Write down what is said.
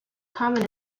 common